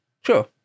Sure